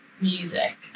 music